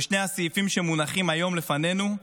בשני הסעיפים שמונחים היום לפנינו,